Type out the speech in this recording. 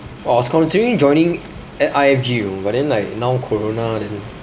oh I was considering joining I_F_G but then like now corona then